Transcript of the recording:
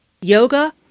yoga